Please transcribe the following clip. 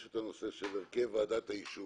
יש את הנושא של הרכב ועדת האישורים.